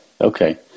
okay